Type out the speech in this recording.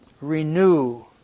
renew